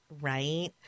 Right